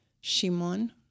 Shimon